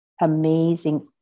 amazing